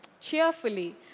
cheerfully